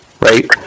right